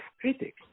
critics